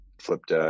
flipped